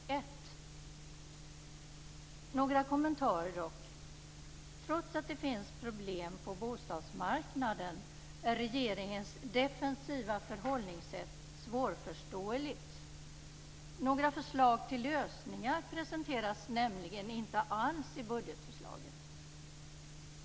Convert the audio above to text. Jag har dock några kommentarer. Trots att det finns problem på bostadsmarknaden, är regeringens defensiva förhållningssätt svårförståeligt. Några förslag till lösningar presenteras inte alls i budgetförslaget.